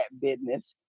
business